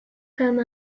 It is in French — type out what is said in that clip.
comme